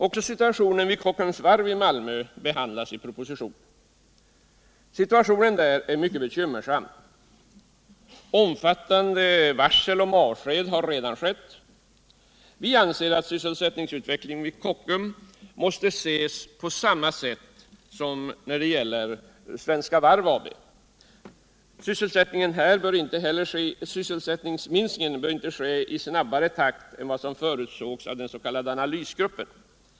Även situationen vid Kockums varv i Malmö behandlas i propositionen. Situationen där är mycket bekymmersam. Omfattande varsel om avsked har redan skett. Vi anser att sysselsättningsutvecklingen vid Kockums måste ses på samma sätt som gäller för Svenska Varv AB. Sysselsättningsminskningen bör inte ske i snabbare takt än vad som förutsågs av den s.k. analysgruppen.